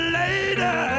later